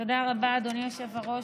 תודה רבה, אדוני היושב-ראש.